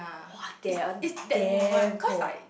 !wah! that one damn cold